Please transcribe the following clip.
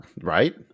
Right